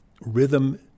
rhythm